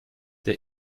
der